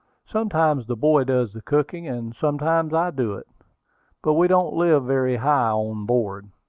sometimes the boy does the cooking, and sometimes i do it but we don't live very high on board,